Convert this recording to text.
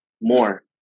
more